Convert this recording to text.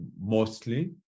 mostly